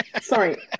sorry